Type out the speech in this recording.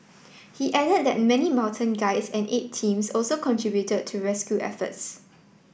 he added that many mountain guides and aid teams also contributed to rescue efforts